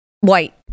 white